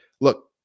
look